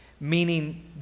Meaning